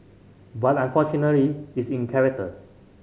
but unfortunately is in character